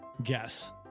Guess